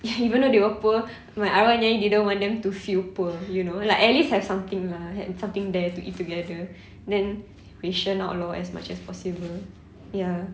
even though they were poor my arwah nyai didn't want them to feel poor you know like at least have something lah had something there to eat together then ration out lor as much as possible ya